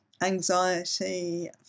anxiety